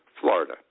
Florida